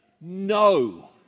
No